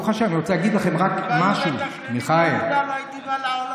אם הם היו מתכננים, לא הייתי בא לעולם.